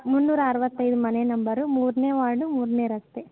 ಮುನ್ನೂರ ಅರವತ್ತೈದು ಮನೆ ನಂಬರು ಮೂರನೇ ವಾರ್ಡು ಮೂರನೇ ರಸ್ತೆ